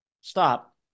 Stop